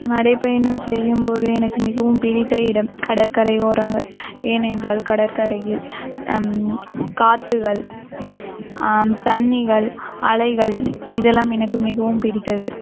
நடைப்பயணம் செய்யும்போது எனக்கு மிகவும் பிடித்த இடம் கடற்கரை ஓரங்கள் ஏனென்றால் கடற்கரையில் காற்றுகள் தண்ணிகள் அலைகள் இதெல்லாம் எனக்கு மிகவும் பிடித்தது